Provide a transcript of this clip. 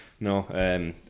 No